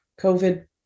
COVID